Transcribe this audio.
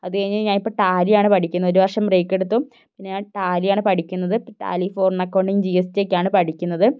അതുകഴിഞ്ഞ് ഞാനിപ്പോൾ ടാലി ആണ് പഠിക്കുന്നത് ഒരു വർഷം ബ്രേക്കെടുത്തു പിന്നെ ഞാൻ ടാലിയാണ് പഠിക്കുന്നത് Tally foreign accounting G S T ഒക്കെയാണ് പഠിക്കുന്നത്